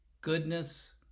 goodness